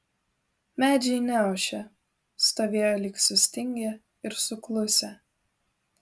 medžiai neošė stovėjo lyg sustingę ir suklusę